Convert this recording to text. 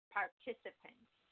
participants